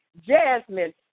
Jasmine